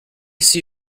see